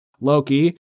Loki